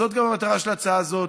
זו גם המטרה של ההצעה הזאת.